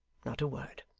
not a word.